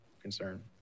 concern